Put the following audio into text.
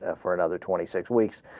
ah for another twenty six weeks